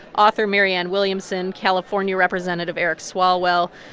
author marianne williamson, california representative eric swalwell,